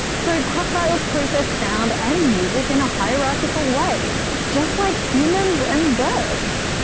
so crocodiles process sound and music in a hierarchical way just like humans and birds.